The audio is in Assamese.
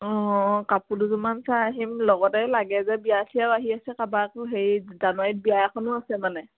অঁ কাপোৰ দুযোৰমান চাই আহিম লগতে লাগে যে বিয়া চিয়াও আহি আছে তাৰ পা আকৌ হেৰি জানুৱাৰীত বিয়া এখনো আছে মানে